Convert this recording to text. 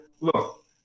Look